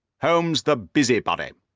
holmes, the busybody!